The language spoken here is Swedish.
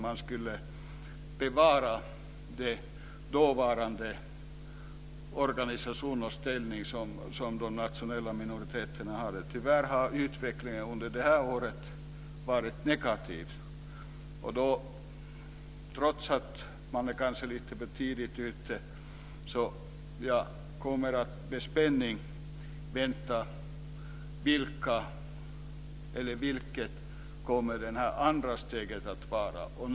Den ställning som de dåvarande organisationer som berörde de nationella minoriteterna hade skulle bevaras. Tyvärr har utvecklingen under det här året varit negativ. Även om jag kanske är lite för tidigt ute ser jag med spänning fram emot hur det andra steget kommer att se ut.